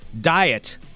diet